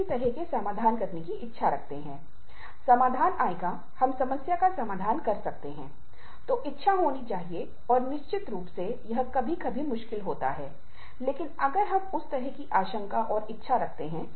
उदाहरण के लिए भारत के कानूनी प्रावधानों में भी कहा गया है कि फैक्ट्रीज एक्ट 1948 में व्यक्ति सप्ताह के लिए 48 घंटे काम कर सकता है